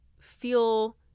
feel